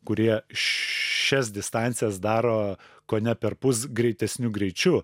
kurie šias distancijas daro kone perpus greitesniu greičiu